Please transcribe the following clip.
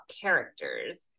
characters